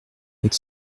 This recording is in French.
avec